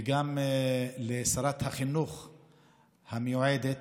וגם לשרת החינוך המיועדת,